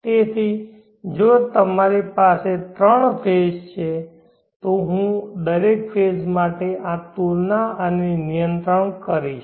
તેથી જો મારી પાસે ત્રણ ફેઝ છે તો હું દરેક ફેઝ માટે આ તુલના અને નિયંત્રણ કરીશ